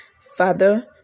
father